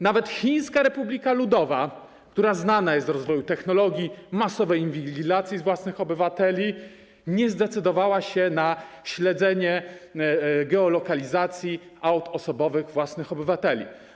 Nawet Chińska Republika Ludowa, która znana jest z rozwoju technologii, masowej inwigilacji własnych obywateli, nie zdecydowała się na śledzenie, geolokalizację aut osobowych własnych obywateli.